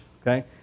okay